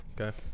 Okay